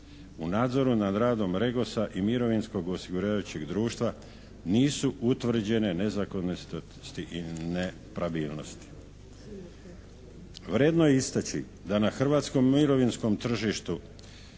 U nadzoru nad radom Regosa i mirovinskog osiguravajućeg društva nisu utvrđene nezakonitosti i nepravilnosti. Vrijedno je istaći da na hrvatskom mirovinskom tržištu